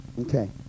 Okay